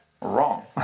Wrong